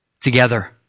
together